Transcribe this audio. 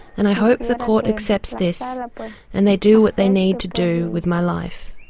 and i hope the court accepts this and they do what they need to do with my life,